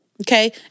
Okay